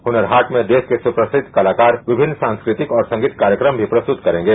हुनर हाट में देश के सुप्रसिद्ध कलाकार विभिन्न सांस्कृतिक और संगीत कार्यक्रम भी प्रस्तुत करेंगे